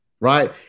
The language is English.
Right